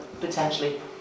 potentially